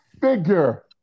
figure